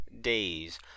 days